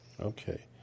Okay